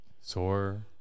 Sore